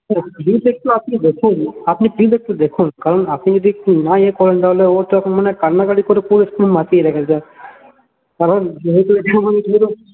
এগুলো তো একটু আপনি দেখুন আপনি প্লিজ একটু দেখুন কারণ আপনি যদি একটু না ইয়ে করেন তাহলে ও তো এখন মানে কান্নাকাটি করে পুরো স্কুল মাতিয়ে রেখেছে আর ওর যেহেতু মানে